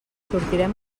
sortirem